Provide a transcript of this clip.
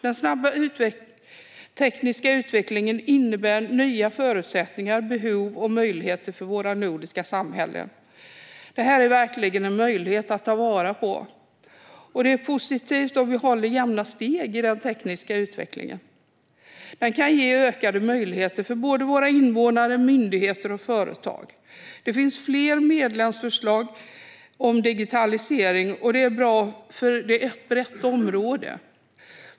Den snabba tekniska utvecklingen innebär nya förutsättningar, behov och möjligheter för våra nordiska samhällen. Det här är verkligen en möjlighet att ta vara på, och det är positivt om vi håller jämna steg i den tekniska utvecklingen. Den kan ge ökade möjligheter för både våra invånare, myndigheter och företag. Det finns fler medlemsförslag om digitalisering. Det är bra, för det är ett brett område.